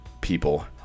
people